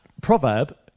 proverb